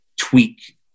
tweak